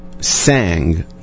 sang